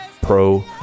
pro